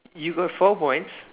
you got four points